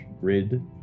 grid